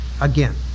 again